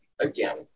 again